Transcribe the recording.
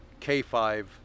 K5